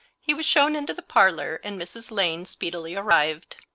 he was shown into the parlour, and mrs. lane speedily arrived.